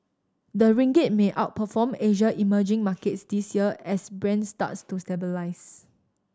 the ringgit may outperform Asia emerging markets this year as Brent starts to stabilise